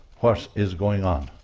what is going on?